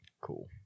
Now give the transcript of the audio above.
cool